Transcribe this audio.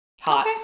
hot